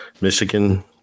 Michigan